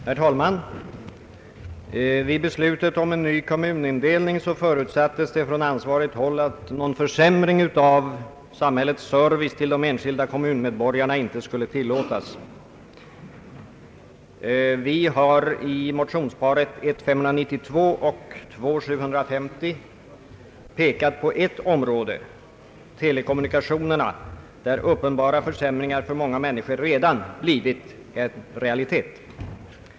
Herr talman! Vid beslutet om ny kommunindelning förutsattes det från ansvarigt håll att någon försämring av samhällets service till de enskilda kommunmedborgarna inte skulle tillåtas. I motionerna I: 592 av mig m.fl. och II: 750 av herr Nilsson i Tvärålund har vi pekat på ett område, telekommunikationerna, där uppenbara försämringar för många människor redan blivit en realitet.